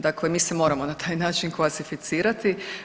Dakle, mi se moramo na taj način klasificirati.